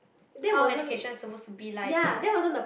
how education's supposed to be like